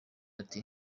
ati